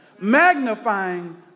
magnifying